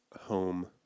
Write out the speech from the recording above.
home